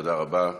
תודה רבה.